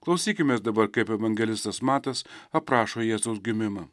klausykimės dabar kaip evangelistas matas aprašo jėzaus gimimą